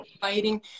fighting